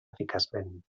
eficaçment